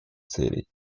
целей